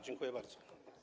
Dziękuję bardzo.